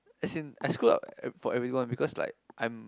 as in I screw up for everyone because like I'm